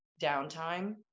downtime